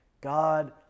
God